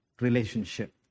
relationship